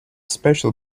special